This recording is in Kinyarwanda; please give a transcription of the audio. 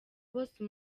bose